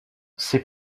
c’est